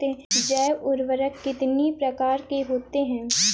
जैव उर्वरक कितनी प्रकार के होते हैं?